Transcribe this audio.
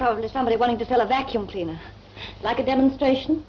probably somebody wanted to sell a vacuum cleaner like a demonstration